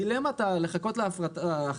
הדילמה האם לחכות להפרטה,